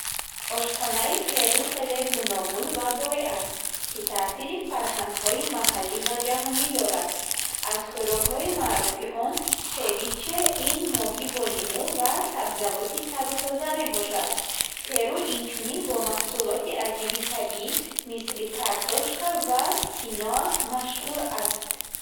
Ошхонаи Перу хеле гуногун ва бой аст, ки таъсири фарҳангҳои маҳаллӣ ва ҷаҳонӣ дорад. Аз хӯрокҳои маъруфи он севиче, ин моҳӣ бо лимӯ ва сабзавоти тару тоза мебошад. Перу инчунин бо маҳсулоти аҷиби табиӣ, мисли картошка ва киноа машҳур аст.